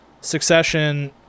Succession